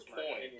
point